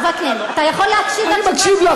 אתה תקשיב.